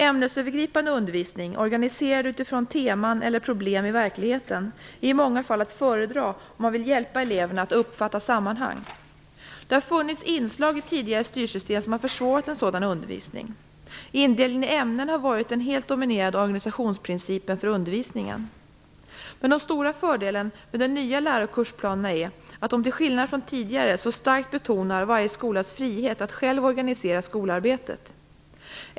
Ämnesövergripande undervisning, organiserad utifrån teman eller problem i verkligheten, är i många fall att föredra om man vill hjälpa eleverna att uppfatta sammanhang. Det har funnits inslag i tidigare styrsystem som försvårat en sådan undervisning. Indelningen i ämnen har varit den helt dominerande organisationsprincipen för undervisningen. Men den stora fördelen med de nya läro och kursplanerna är att de, till skillnad från de tidigare, så starkt betonar varje skolas frihet att själv organisera skolarbetet.